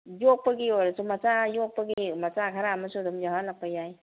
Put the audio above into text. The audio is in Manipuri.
ꯌꯣꯛꯄꯒꯤ ꯑꯣꯏꯔꯁꯨ ꯃꯆꯥ ꯌꯣꯛꯄꯒꯤ ꯃꯆꯥ ꯈꯔ ꯑꯃꯁꯨ ꯑꯗꯨꯝ ꯌꯥꯎꯍꯜꯂꯛꯄ ꯌꯥꯏ